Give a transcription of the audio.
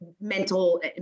mental